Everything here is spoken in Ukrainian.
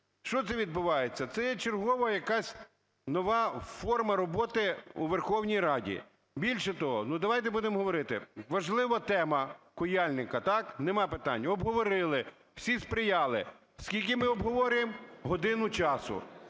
Що це відбувається? Це є чергова якась нова форма роботи у Верховній Раді. Більше того, ну, давайте будемо говорити: важлива тема Куяльника, так? Нема питань. Обговорили. Всі сприяли. Скільки ми обговорюємо? Годину часу.